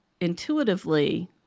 intuitively